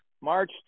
March